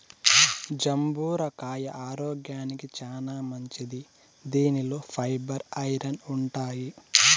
జంబూర కాయ ఆరోగ్యానికి చానా మంచిది దీనిలో ఫైబర్, ఐరన్ ఉంటాయి